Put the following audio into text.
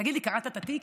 תגיד לי, קראת את התיק?